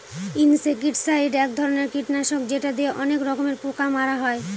insecticide এক ধরনের কীটনাশক যেটা দিয়ে অনেক রকমের পোকা মারা হয়